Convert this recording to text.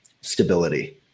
stability